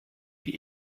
die